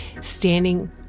standing